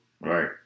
right